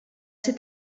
ser